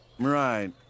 Right